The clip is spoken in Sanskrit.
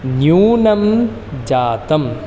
न्यूनं जातम्